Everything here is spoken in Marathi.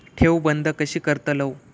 ठेव बंद कशी करतलव?